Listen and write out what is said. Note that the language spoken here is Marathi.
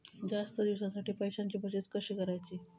जास्त दिवसांसाठी पैशांची बचत कशी करायची?